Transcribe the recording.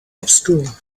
obscure